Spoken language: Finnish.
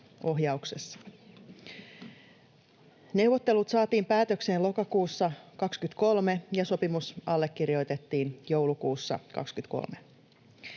ohjauksessa. Neuvottelut saatiin päätökseen lokakuussa 23, ja sopimus allekirjoitettiin joulukuussa 23.